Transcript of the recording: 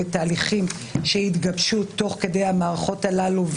ותהליכים שהתגבשו תוך כדי המערכות הללו,